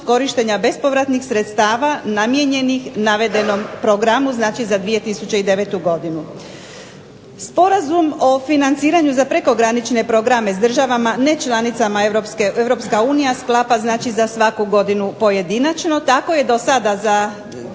korištenja bespovratnih sredstava namijenjenih navedenom programu za 2009. godinu. Sporazum o financiranju za prekogranične programe s državama nečlanicama Europske unije, Europska unija sklapa za svaku godinu pojedinačno tako je do sada za